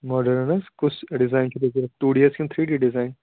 modern حظ کُس design چھُ تۄہہِ ضوٚرَتھ ٹوٗ ڈی حظ کِنۍ تھری ڈِزایِن